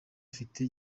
afite